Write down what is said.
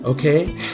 Okay